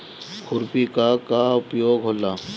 खुरपी का का उपयोग होला?